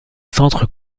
centre